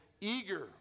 eager